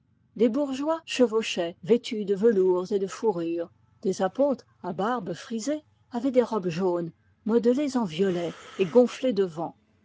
des bourgeois chevauchaient vêtus de velours et de fourrures des apôtres à barbe frisée avaient des robes jaunes modelées en violet et gonflées